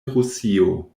rusio